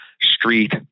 street